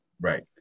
Right